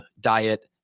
diet